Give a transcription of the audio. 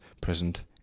present